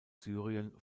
syrien